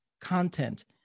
content